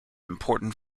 important